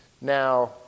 Now